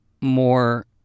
more